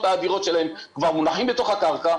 האדירות שלהם כבר מונחים בתוך הקרקע,